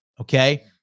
Okay